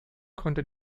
konnte